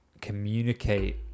communicate